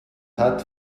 hat